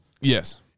Yes